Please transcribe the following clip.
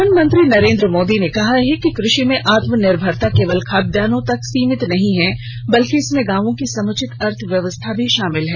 प्रधानमंत्री नरेन्द्र मोदी ने कहा है कि कृषि में आत्म निर्भरता केवल खाद्यान्नों तक सीमित नहीं है बल्कि इसमें गांवों की समुचित अर्थव्यवस्था भी शामिल है